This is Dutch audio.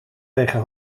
tegen